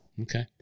Okay